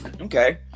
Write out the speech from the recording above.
Okay